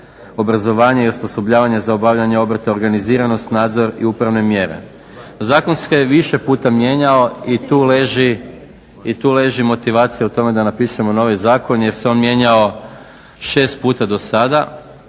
obrazovanje i osposobljavanje za obavljanje obrta, organiziranost, nadzor i upravne mjere. Zakon se više puta mijenjao i tu leži, i tu leži motivacije u tome da napišemo novi zakon jer se on mijenjao šest puta do sada.